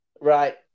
right